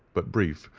but brief,